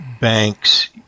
banks